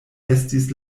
estis